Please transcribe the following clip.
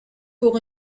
pour